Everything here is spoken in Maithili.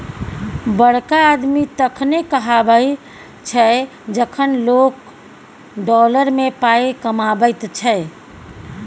बड़का आदमी तखने कहाबै छै जखन लोक डॉलर मे पाय कमाबैत छै